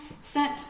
sent